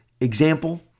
example